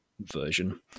version